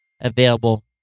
available